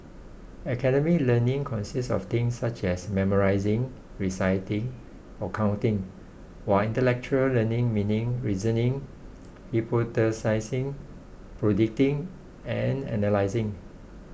academic learning consists of things such as memorising reciting or counting while intellectual learning meaning reasoning hypothesising predicting and analysing